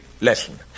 lesson